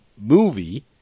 movie